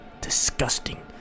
disgusting